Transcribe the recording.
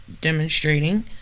Demonstrating